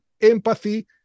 empathy